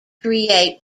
create